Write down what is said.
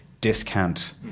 discount